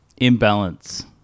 Imbalance